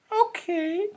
Okay